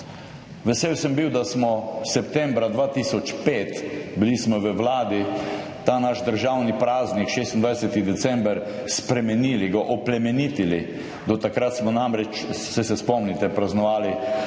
Vesel sem bil, da smo septembra 2005, bili smo v Vladi, ta naš državni praznik, 26. december, spremenili, ga oplemenitili. Do takrat smo namreč, saj se spomnite, praznovali